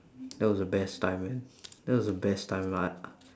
that was the best time man that was the best time I